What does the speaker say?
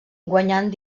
guanyant